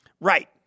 Right